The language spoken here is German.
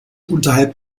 unterhalb